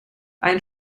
ein